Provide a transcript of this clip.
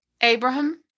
Abraham